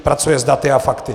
Pracuje s daty a fakty.